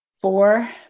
four